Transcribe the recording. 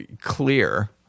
clear